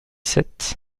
sept